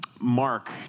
Mark